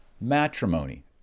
matrimony